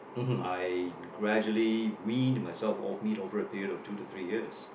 I gradually win myself of me over a period of two to three years